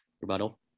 Rebuttal